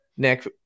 Nick